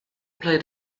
play